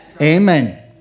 Amen